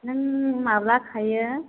नों माब्ला खायो